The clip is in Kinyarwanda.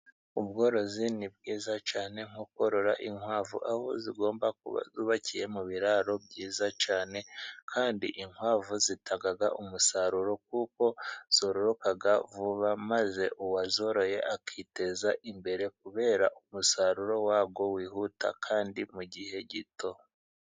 Ubworozi ni bwiza cyane nko korora inkwavu aho zigomba kuba zubakiye mu biraro byiza cyane, kandi inkwavu zitanga umusaruro kuko zororoka vuba maze uwazoroye akiteza imbere kubera umusaruro wazo wihuta kandi mu gihe gito.